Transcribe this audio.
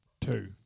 Two